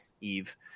Eve